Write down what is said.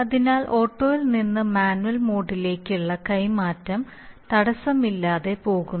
അതിനാൽ ഓട്ടോയിൽ നിന്ന് മാനുവൽ മോഡിലേക്കുള്ള കൈമാറ്റം തടസ്സമില്ലാതെ പോകുന്നു